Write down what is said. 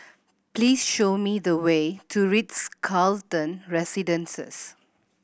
please show me the way to Ritz Carlton Residences